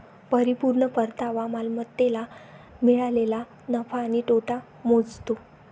परिपूर्ण परतावा मालमत्तेला मिळालेला नफा किंवा तोटा मोजतो